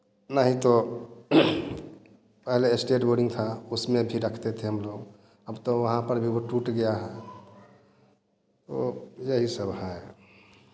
नहीं तो पहले एस्टेट बोर्डिंग था उसमें भी रखते थे हम लोग अब तो वहाँ पर भी वो टूट गया है तो यही सब है